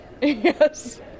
yes